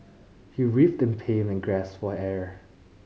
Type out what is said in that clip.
he writhed in pain and gasped for air